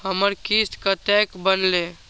हमर किस्त कतैक बनले?